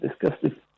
Disgusting